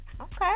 Okay